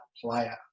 player